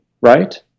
right